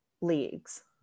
leagues